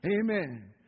Amen